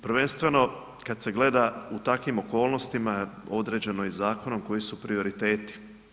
Prvenstveno kada se gleda u takvim okolnostima određeno je i zakonom koji su prioriteti.